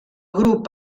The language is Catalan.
grup